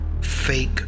fake